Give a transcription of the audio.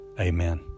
Amen